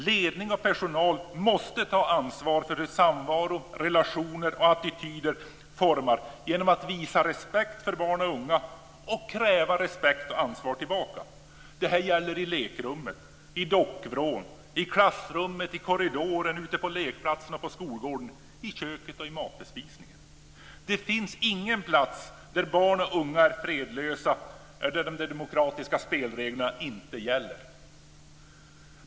Ledning och personal måste ta ansvar för hur samvaro, relationer och attityder formas genom att visa respekt för barn och unga och kräva respekt och ansvar tillbaka. Detta gäller i lekrummet, i dockvrån, i klassrummet, i korridoren, ute på lekplatsen, på skolgården, i köket och i matbespisningen. Det finns ingen plats där barn och unga är fredlösa och där de demokratiska spelreglerna inte gäller.